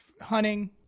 hunting